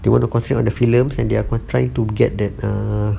they want to concentrate on the films and they're gonna try to get that err